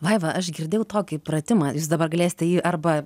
vaiva aš girdėjau tokį pratimą jūs dabar galėsite jį arba